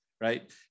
Right